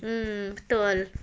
mm betul